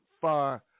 far